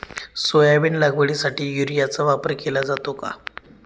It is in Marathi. सोयाबीन लागवडीसाठी युरियाचा वापर केला जातो का?